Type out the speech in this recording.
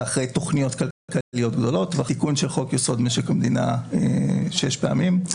ואחרי תוכניות כלכליות גדולות ואחרי תיקון יסוד: משק המדינה שש פעמים.